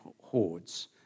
hordes